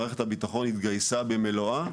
מערכת הביטחון התגייסה במלואה,